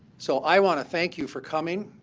so i want to thank you for coming,